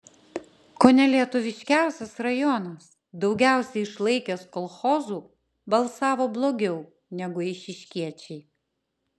ko ne lietuviškiausias rajonas daugiausiai išlaikęs kolchozų balsavo blogiau negu eišiškiečiai